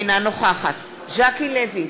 אינה נוכחת ז'קי לוי,